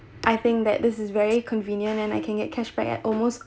I think that this is very convenient and I can get cashback at almost